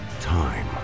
time